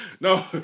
No